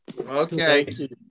Okay